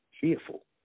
fearful